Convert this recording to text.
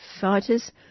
fighters